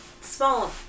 small